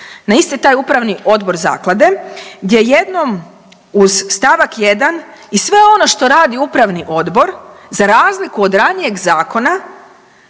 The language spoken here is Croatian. na isti taj upravni odbor zaklade gdje jednom uz stavak 1. sve ono što radi upravni odbor za razliku od ranijeg zakona